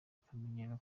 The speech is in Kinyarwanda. akamenyero